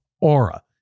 Aura